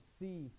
see